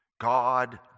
God